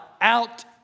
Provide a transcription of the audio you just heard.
out